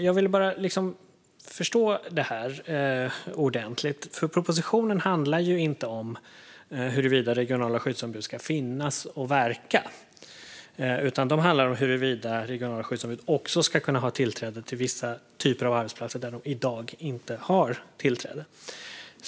Jag vill bara försöka förstå det här ordentligt, för propositionen handlar ju inte om huruvida regionala skyddsombud ska finnas och verka, utan den handlar om huruvida regionala skyddsombud också ska kunna ha tillträde till vissa typer av arbetsplatser som de i dag inte har tillträde till.